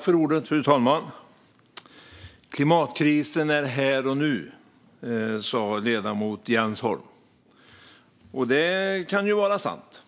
Fru talman! Klimatkrisen är här och nu, sa ledamoten Jens Holm. Det kan vara sant.